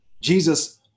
Jesus